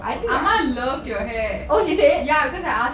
ah ma love your hair because she said